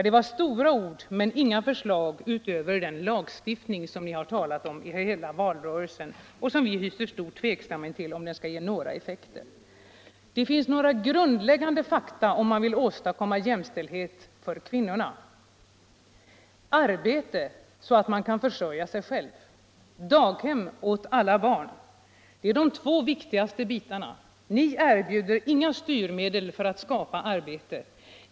Det var stora ord, men inga förslag utöver den lagstiftning som ni talade om under valrörelsen och vars effekter vi hyser stor tveksamhet inför. Det finns några grundläggande fakta som man måste ta hänsyn till, om man vill åstadkomma jämställdhet för kvinnorna. Arbete så att man kan försörja sig själv och daghem åt alla barn är de två viktigaste bitarna. Ni erbjuder inga styrmedel för att skapa arbete.